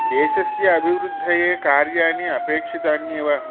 देशस्य अभिवृद्धये कार्याणि अपेक्षितान्येव